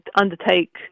undertake